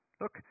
Look